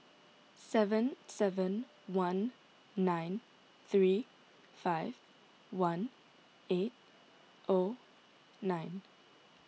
seven seven one nine three five one eight O nine